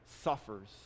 suffers